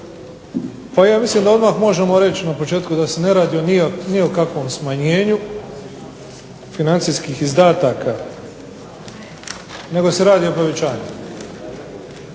Pa ja mislim da odmah možemo reći na početku da se ne radi ni o kakvom smanjenju financijskih izdataka nego se radi o povećanju.